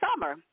summer